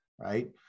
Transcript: Right